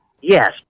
Yes